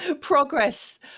progress